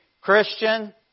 Christian